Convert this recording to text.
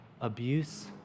abuse